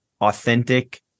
authentic